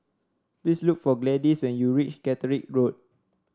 please look for Gladyce when you reach Catterick Road